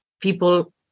people